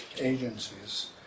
Agencies